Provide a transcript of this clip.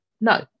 No